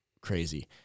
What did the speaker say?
crazy